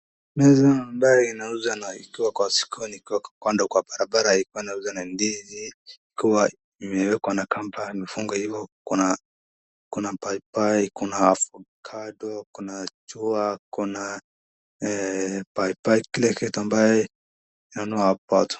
Meza ambaye inauza na ikiwa kwa sokoni ikiwa kando kwa barabara ikiwa inauzwa na ndizi ikiwa imewekwa na kamba imefungwa hivyo kuna paia pai kuna avocado kuna chua kuna ]cs]paipai kila kitu ambaye utapata.